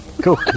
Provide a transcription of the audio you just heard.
Cool